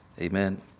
Amen